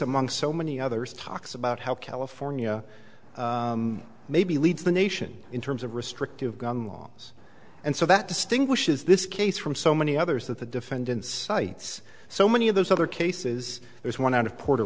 among so many others talks about how california maybe leads the nation in terms of restrictive gun laws and so that distinguishes this case from so many others that the defendant cites so many of those other cases there's one out of puerto